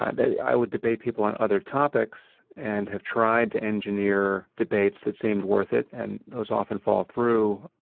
i would debate people on other topics, and have tried to engineer debates that seemed worth it. and those often fall through.